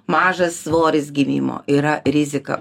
mažas svoris gimimo yra rizika